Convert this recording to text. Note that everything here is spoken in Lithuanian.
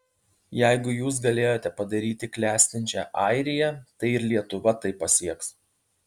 jeigu jūs galėjote padaryti klestinčią airiją tai ir lietuva tai pasieks